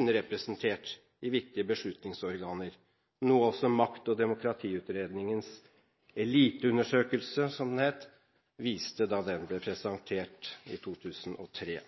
underrepresentert i viktige beslutningsorganer – noe også Makt- og demokratiutredningens eliteundersøkelse, som den het, viste, da den ble presentert i 2003.